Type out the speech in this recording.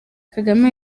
kagame